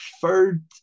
third